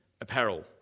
apparel